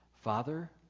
Father